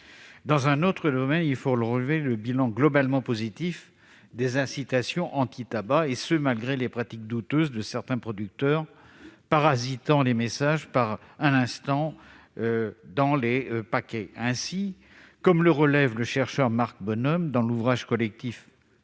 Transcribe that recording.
Dans un autre domaine, il faut relever le bilan globalement positif des incitations anti-tabac, et ce malgré les pratiques douteuses de certains producteurs qui parasitent les messages inscrits sur les paquets. Ainsi, comme le relève le chercheur Marc Bonhomme dans l'ouvrage collectif,